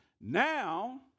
Now